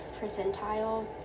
percentile